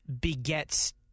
begets